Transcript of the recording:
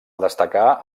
destacar